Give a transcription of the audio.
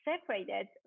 separated